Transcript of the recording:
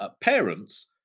parents